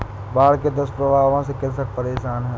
बाढ़ के दुष्प्रभावों से कृषक परेशान है